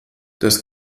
das